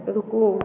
रुको